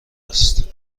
است